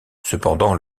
cependant